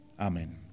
Amen